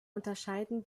unterscheiden